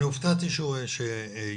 אני הופתעתי שיום